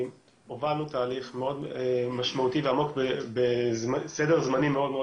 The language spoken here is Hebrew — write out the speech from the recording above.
הובלנו תהליך מאוד משמעותי ועמוק בסדר זמנים מאוד מאוד